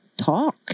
talk